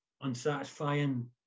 unsatisfying